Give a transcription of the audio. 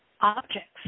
objects